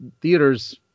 theaters